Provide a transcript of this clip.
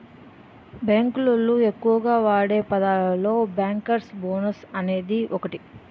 bank లోళ్ళు ఎక్కువగా వాడే పదాలలో బ్యేంకర్స్ బోనస్ అనేది ఒకటి